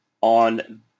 on